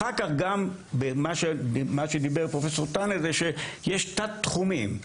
מה שדיבר פרופ' טנה זה שיש תת תחומים.